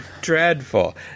Dreadful